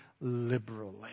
liberally